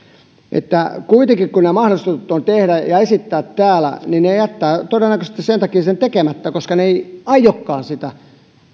kuitenkin vaikka nämä on mahdollista tehdä ja esittää täällä he jättävät todennäköisesti sen takia sen tekemättä että he eivät aiokaan sitä